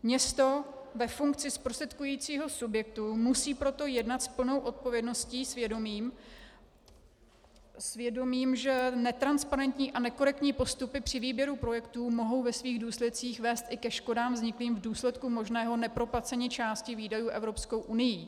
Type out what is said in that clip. Město ve funkci zprostředkujícího subjektu musí proto jednat s plnou odpovědností, s vědomím, že netransparentní a nekorektní postupy při výběru projektů mohou ve svých důsledcích vést i ke škodám vzniklým v důsledku možného neproplacení části výdajů Evropskou unií.